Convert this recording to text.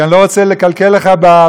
כי אני לא רוצה לקלקל לך במגזר,